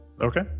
Okay